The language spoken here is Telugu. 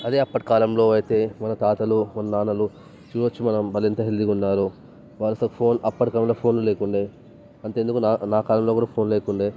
అదే అప్పటి కాలంలో అయితే మన తాతలు మన నాన్నలు చూడచ్చు మనం వాళ్ళు ఎంత హెల్దీగా ఉన్నారో వాళ్ళకి అసలు ఫోన్ అప్పటికాలంలో ఫోన్ లేకుండే అంతెందుకు నా నా కాలంలో కూడా ఫోన్ లేకుండే